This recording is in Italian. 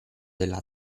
della